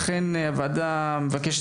לכן,